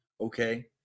Okay